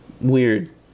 weird